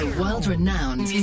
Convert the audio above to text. world-renowned